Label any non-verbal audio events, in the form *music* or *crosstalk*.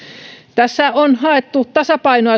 tässä on haettu tasapainoa *unintelligible*